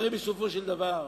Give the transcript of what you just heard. הרי בסופו של דבר,